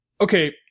Okay